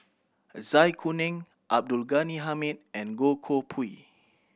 Zai Kuning Abdul Ghani Hamid and Goh Koh Pui